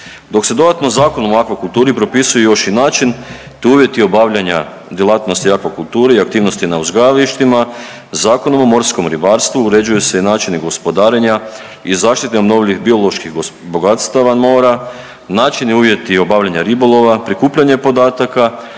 Dok se dodatno Zakonom o akvakulturi propisuju još i način te uvjeti obavljanja djelatnosti akvakulture i aktivnosti na uzgajalištima, Zakonom o morskom ribarstvu uređuju se načini gospodarenja i zaštite obnovljivih bioloških bogatstava mora, načini i uvjeti obavljanja ribolova, prikupljanje podataka